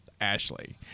Ashley